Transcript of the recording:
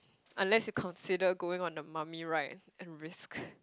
unless you consider going on the mummy ride a risk